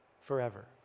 forever